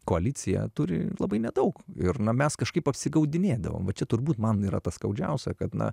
koalicija turi labai nedaug ir na mes kažkaip apsigaudinėdavom va čia turbūt man yra tas skaudžiausia kad na